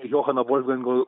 johano volfgango